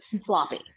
sloppy